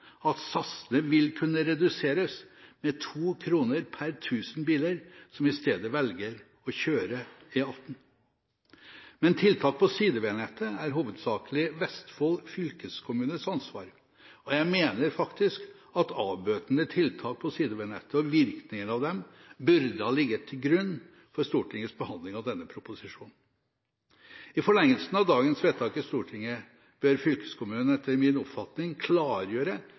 at satsene vil kunne reduseres med 2 kr per 1 000 biler som i stedet velger å kjøre E18. Men tiltak på sideveinettet er hovedsakelig Vestfold fylkeskommunes ansvar, og jeg mener faktisk at avbøtende tiltak på sideveinettet og virkningene av dem burde ha ligget til grunn for Stortingets behandling av denne proposisjonen. I forlengelsen av dagens vedtak i Stortinget bør fylkeskommunen etter min oppfatning klargjøre